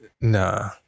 Nah